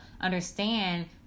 understand